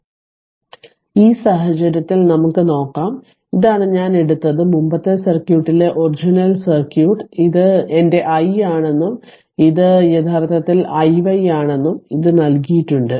അതിനാൽ ഈ സാഹചര്യത്തിൽ നമുക്ക് നോക്കാം ഇതാണ് ഞാൻ എടുത്തത് മുമ്പത്തെ സർക്യൂട്ടിലെ ഒറിജിനൽ സർക്യൂട്ട് ഇത് എന്റെ i ആണെന്നും ഇത് യഥാർത്ഥത്തിൽ i y ആണെന്നും ഇത് നൽകിയിട്ടുണ്ട്